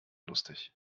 lustig